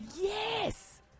Yes